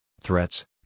threats